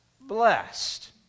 blessed